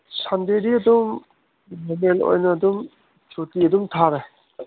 ꯁꯟꯗꯦꯗꯤ ꯑꯗꯨꯝ ꯂꯤꯒꯦꯜ ꯑꯣꯏꯅ ꯑꯗꯨꯝ ꯁꯨꯇꯤ ꯑꯗꯨꯝ ꯊꯥꯔꯦ